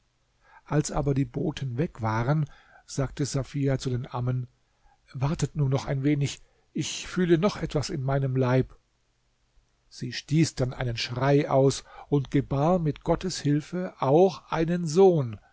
als aber die boten weg waren sagte safia zu den ammen wartet nur noch ein wenig ich fühle noch etwas in meinem leib sie stieß dann einen schrei aus und gebar mit gottes hilfe auch einen sohn